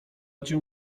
cię